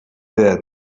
death